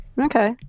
okay